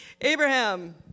Abraham